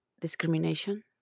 discrimination